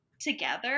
together